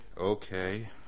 Okay